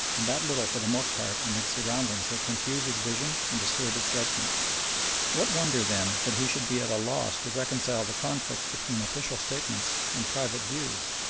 and that little for the most part amidst surroundings that confuse his vision and disturb his judgment what wonder, then, that he should be at a loss to reconcile the conflict between official statements and private views,